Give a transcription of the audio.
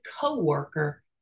co-worker